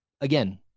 again